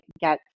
get